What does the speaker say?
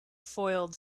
foiled